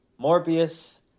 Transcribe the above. Morbius